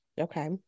Okay